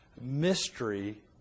mystery